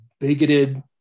bigoted